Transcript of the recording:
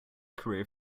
career